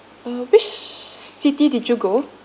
uh which ci~ city did you go